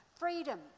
Freedom